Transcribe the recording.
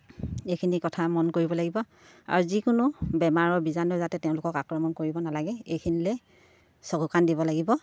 এইখিনি কথা মন কৰিব লাগিব আৰু যিকোনো বেমাৰৰ বীজাণু যাতে তেওঁলোকক আক্ৰমণ কৰিব নালাগে এইখিনিলে চকু কাণ দিব লাগিব